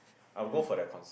I'll go for their concert